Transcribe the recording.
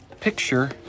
picture